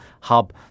hub